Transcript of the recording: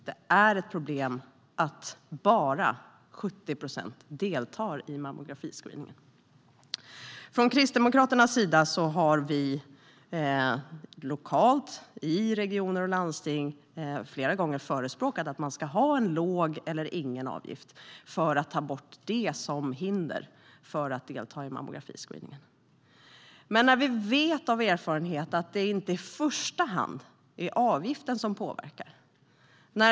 Det är ett problem att bara 70 procent deltar i mammografiscreeningen. Kristdemokraterna har lokalt, i regioner och landsting, flera gånger förespråkat att man ska ha låg eller ingen avgift för att ta bort det som hinder för att delta i mammografiscreeningen. Men vi vet av erfarenhet att det inte i första hand är avgiften som påverkar.